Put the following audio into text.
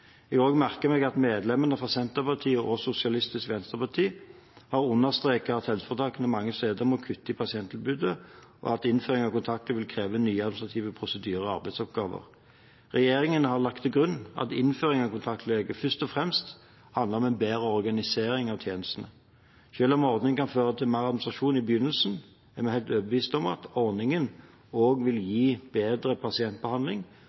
Jeg har også merket meg at medlemmene fra Senterpartiet og Sosialistisk Venstreparti har understreket at helseforetakene mange steder må kutte i pasienttilbudet, og at innføring av kontaktlege vil kreve nye administrative prosedyrer og arbeidsoppgaver. Regjeringen har lagt til grunn at innføring av kontaktlege først og fremst handler om bedre organisering av tjenestene. Selv om ordningen kan føre til mer administrasjon i begynnelsen, er jeg helt overbevist om at ordningen også vil gi bedre pasientbehandling